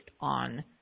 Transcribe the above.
on